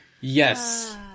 Yes